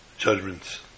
Judgments